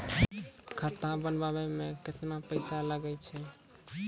खाता खोलबाबय मे केतना पैसा लगे छै?